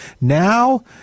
now